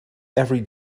every